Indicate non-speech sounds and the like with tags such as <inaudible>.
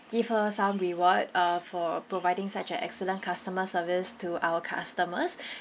give her some reward uh for providing such an excellent customer service to our customers <breath>